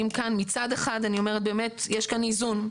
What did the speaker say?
מצד אחד אני אומרת שבאמת יש כאן איזון,